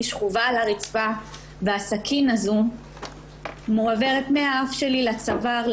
שכובה על הרצפה והסכין הזו מועברת מהאף שלי לצוואר,